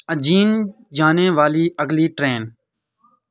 اجین جانے والی اگلی ٹرین